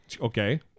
okay